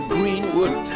Greenwood